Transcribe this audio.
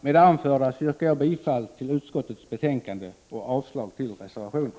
Med det anförda yrkar jag bifall till utskottets hemställan och avslag på samtliga reservationer.